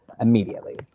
immediately